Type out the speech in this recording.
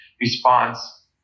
response